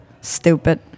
stupid